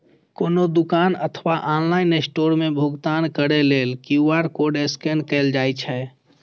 कोनो दुकान अथवा ऑनलाइन स्टोर मे भुगतान करै लेल क्यू.आर कोड स्कैन कैल जाइ छै